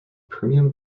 premium